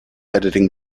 editing